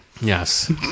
Yes